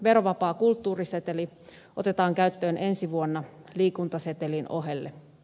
verovapaa kulttuuriseteli otetaan käyttöön ensi vuonna liikuntasetelin ohelle